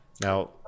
Now